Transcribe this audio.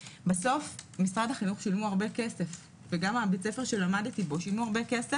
שבסוף משרד החינוך שילמו הרבה כסף וגם בית הספר שלמדתי בו על הנזק.